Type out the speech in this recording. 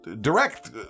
direct